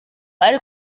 ari